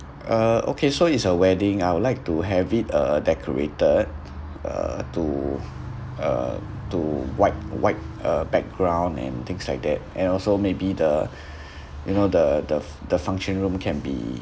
uh okay so it's a wedding I would like to have it uh decorated uh to uh to white white uh background and things like that and also maybe the you know the the the function room can be